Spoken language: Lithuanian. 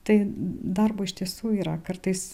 tai darbo iš tiesų yra kartais